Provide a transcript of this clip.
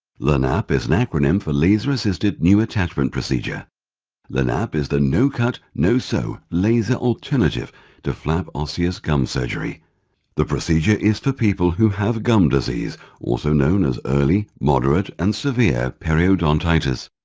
lanap is an acronym for laser assisted new attachment procedure lanap is the no cut no sew laser alternative to flap osseous gum surgery the procedure is for people who have gum disease also known as early, moderate and severe periodontitis.